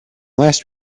last